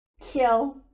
Kill